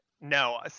no